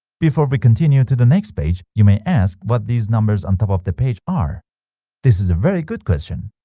before we continue to the next page you may ask, what these numbers on top of the page are this is a very good question!